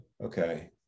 okay